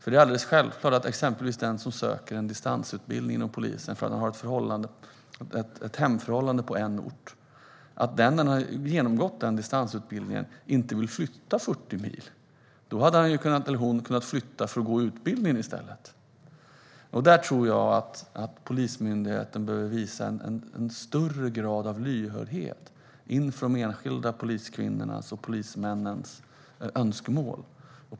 Det är alldeles självklart att den som söker en distansutbildning inom polisen för att han eller hon har en annan hemort inte ska behöva flytta 40 mil efter att ha genomgått utbildningen. Då hade ju han eller hon i stället ha kunnat flytta för att genomgå utbildningen. Där behöver nog polismyndigheten visa en högre grad av lyhördhet inför de enskilda poliskvinnornas och polismännens önskemål.